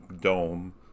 dome